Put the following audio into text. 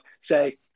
say